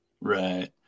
Right